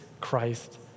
Christ